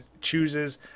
chooses